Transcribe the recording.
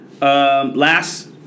Last